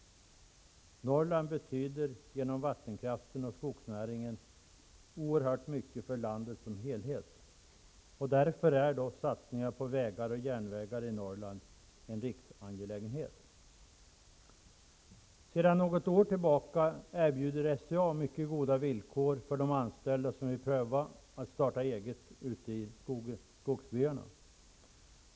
Norrland betyder genom vattenkraften och skogsnäringen oerhört mycket för landet som helhet. Därför är satsningar på vägar och järnvägar i Norrland en riksangelägenhet. Sedan något år tillbaka erbjuder SCA mycket goda villkor för de anställda som vill pröva att starta eget ute i skogsbyarna.